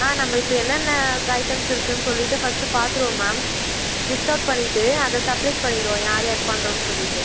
ஆ நம்ம இப்போ என்னென்ன ஐட்டம்ஸ் இருக்குதுனு சொல்லிட்டு ஃபஸ்ட்டு பார்த்துருவோம் மேம் லிஸ்ட் அவுட் பண்ணிட்டு அதை செப்ரேட் பண்ணிவிடுவோம் யார் யார் பண்ணுறோன்னு சொல்லிவிட்டு